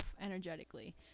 energetically